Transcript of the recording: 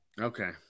Okay